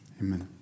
amen